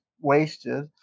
wasted